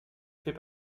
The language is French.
fait